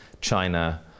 China